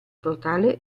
portale